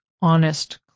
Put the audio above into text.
honest